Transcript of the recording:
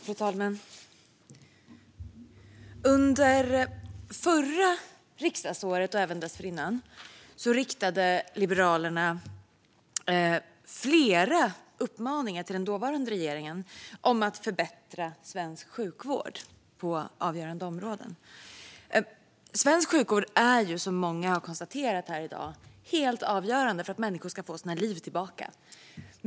Fru talman! Under förra riksdagsåret och även dessförinnan riktade Liberalerna flera uppmaningar till den dåvarande regeringen om att förbättra svensk sjukvård på avgörande områden. Svensk sjukvård är, som många här i dag har konstaterat, helt avgörande för att människor ska få sina liv tillbaka.